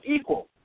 equal